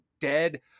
dead